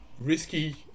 risky